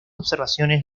observaciones